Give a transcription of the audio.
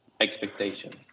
expectations